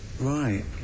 Right